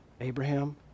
Abraham